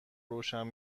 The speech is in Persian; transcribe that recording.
روشن